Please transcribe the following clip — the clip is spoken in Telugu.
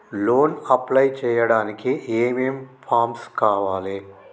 లోన్ అప్లై చేయడానికి ఏం ఏం ఫామ్స్ కావాలే?